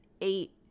eight